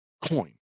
coin